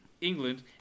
england